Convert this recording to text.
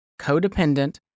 codependent